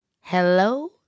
Hello